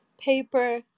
paper